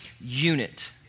unit